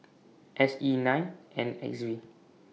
S E nine N X V